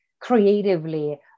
creatively